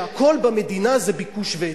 שהכול במדינה זה ביקוש והיצע.